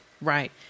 right